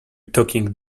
talking